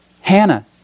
Hannah